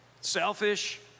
selfish